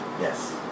Yes